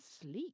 sleep